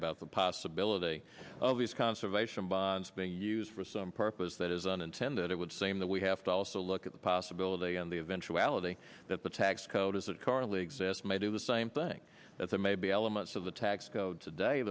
about the possibility of these conservation bonds being used for some purpose that isn't intended it would seem that we have to also look at the possibility and the eventuality that the tax code as it currently exists may do the same thing that there may be elements of the tax code today